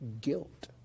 guilt